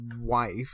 wife